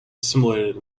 assimilated